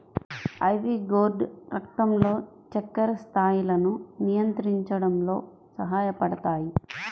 ivy gourd రక్తంలో చక్కెర స్థాయిలను నియంత్రించడంలో సహాయపడతాయి